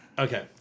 Okay